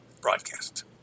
broadcast